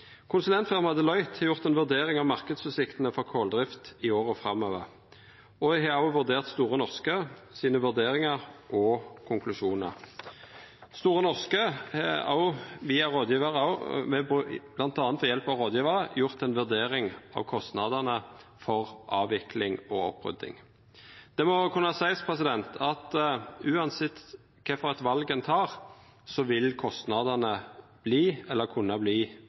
har vurdert marknadsutsiktene for koldrifta i åra framover og har òg vurdert Store Norskes vurderingar og konklusjonar. Store Norske har òg, bl.a. ved hjelp av rådgjevarar, vurdert kostnadene for avvikling og opprydjing. Det må kunna seiast at uansett kva for eit val ein tek, vil